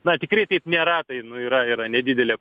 na tikrai taip nėra tai nu yra yra nedidelė